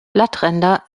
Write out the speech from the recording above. blattränder